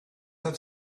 have